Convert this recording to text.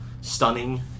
stunning